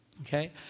Okay